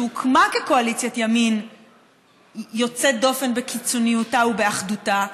שהוקמה כקואליציית ימין יוצאת דופן בקיצוניותה ובאחדותה,